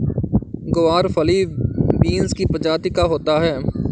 ग्वारफली बींस की प्रजाति का होता है